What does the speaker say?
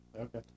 Okay